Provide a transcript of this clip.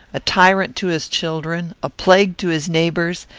a tyrant to his children, a plague to his neighbours,